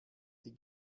die